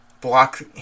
Block